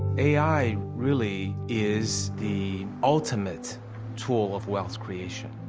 a i. really is the ultimate tool of wealth creation.